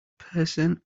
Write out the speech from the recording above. person